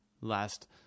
last